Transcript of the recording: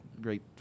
great